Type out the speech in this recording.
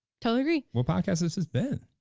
totally agree. well, podcast, this has been.